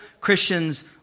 Christians